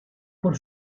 por